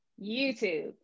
YouTube